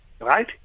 right